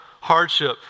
hardship